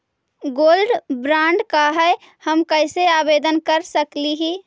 Gold bond का है, हम कैसे आवेदन कर सकली ही?